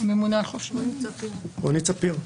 רונית ספיר,